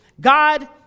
God